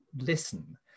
listen